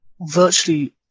Virtually